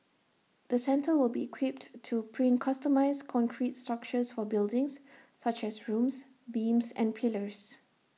the centre will be equipped to print customised concrete structures for buildings such as rooms beams and pillars